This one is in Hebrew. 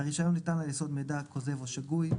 1.הרישיון ניתן על יסוד מידע כוזב או שגוי.